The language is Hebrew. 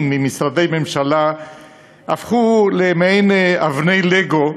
ממשרדי ממשלה הפכו למעין אבני "לגו"